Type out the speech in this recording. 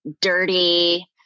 dirty